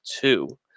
two